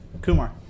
Kumar